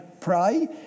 pray